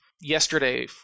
yesterday